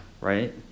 Right